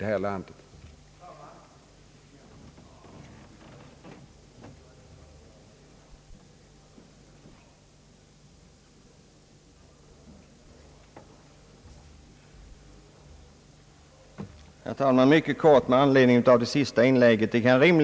Därmed har jag tydligen också gett det svar han efterlyste.